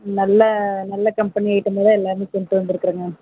நல்ல நல்ல கம்பெனி ஐட்டமில் தான் எல்லாமே கொண்டுட்டு வந்திருக்குறேங்க